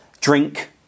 drink